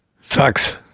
sucks